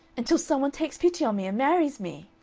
until some one takes pity on me and marries me?